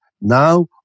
now